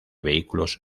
vehículos